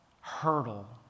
hurdle